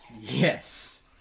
Yes